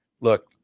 look